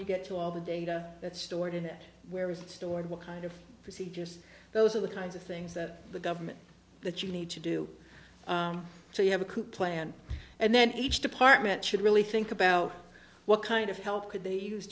you get to all the data that's stored and where it's stored what kind of procedures those are the kinds of things that the government that you need to do so you have a coop plan and then each department should really think about what kind of help could they use